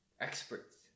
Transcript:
experts